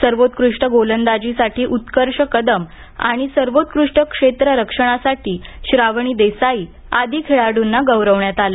सर्वोत्कृष्ट गोलंदाजीसाठी उत्कर्ष कदम आणि सर्वोत्कृष्ट क्षेत्र रक्षणासाठी श्रावणी देसाई आदी खेळाडूंना गौरवण्यात आलं